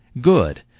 good